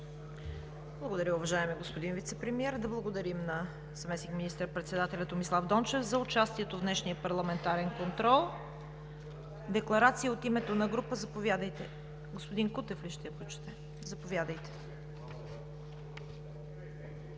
Благодаря, уважаеми господин Вицепремиер. Да благодарим на заместник министър-председателя Томислав Дончев за участието в днешния парламентарен контрол. Декларация от името на група – заповядайте, господин Кутев. АНТОН КУТЕВ (БСП за